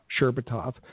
Sherbatov